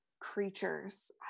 Creatures